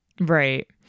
Right